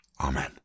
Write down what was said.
Amen